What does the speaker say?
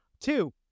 Two